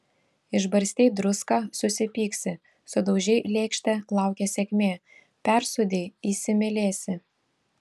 išbarstei druską susipyksi sudaužei lėkštę laukia sėkmė persūdei įsimylėsi